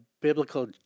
biblical